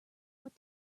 what